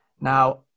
Now